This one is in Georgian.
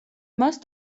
მას